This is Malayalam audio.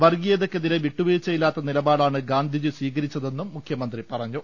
വർഗ്ഗീയതക്കെ തിരെ വിട്ടുവീഴ്ചയില്ലാത്ത നിലപാടാണ് ഗാന്ധിജി സ്വീകരിച്ച തെന്നും മുഖ്യമന്ത്രി പറഞ്ഞു